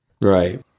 Right